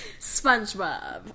Spongebob